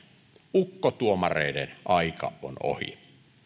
ukkotuomareiden aika on ohi